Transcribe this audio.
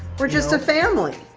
we're just a family.